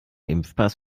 impfpass